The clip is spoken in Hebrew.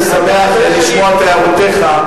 אני שמח לשמוע את הערותיך,